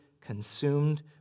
consumed